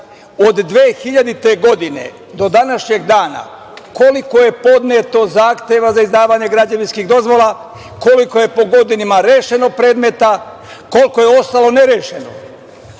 od 2000. godine do današnjeg dana koliko je podneto zahteva za izdavanje građevinskih dozvola, koliko je po godinama rešeno predmeta, koliko je ostalo nerešeno. Kada